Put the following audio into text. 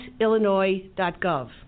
illinois.gov